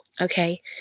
Okay